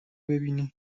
ببینی